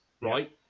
right